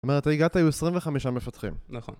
זאת אומרת, אתה הגעת עם 25 מפתחים. נכון.